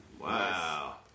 Wow